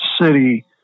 city